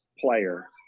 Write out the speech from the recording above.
player